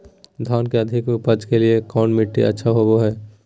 धान के अधिक उपज के लिऐ कौन मट्टी अच्छा होबो है?